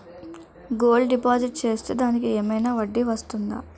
Gold deposit చేస్తే దానికి ఏమైనా వడ్డీ వస్తుందా?